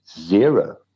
zero